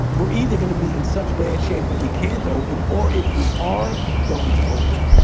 we're either going to be in such bad shape that we can't open or if we are going to open,